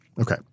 Okay